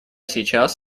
сейчас